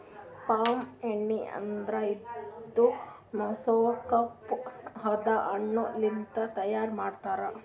palm ಎಣ್ಣಿ ಅಂದುರ್ ಇದು ಮೆಸೊಕಾರ್ಪ್ ಅನದ್ ಹಣ್ಣ ಲಿಂತ್ ತೈಯಾರ್ ಮಾಡ್ತಾರ್